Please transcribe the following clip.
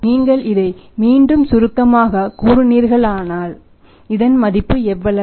நீங்கள் இதை மீண்டும் சுருக்கமாகக் கூறினீர்கள் ஆனால் இதன் மதிப்பு எவ்வளவு